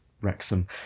Wrexham